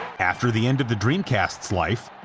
after the end of the dreamcast's life,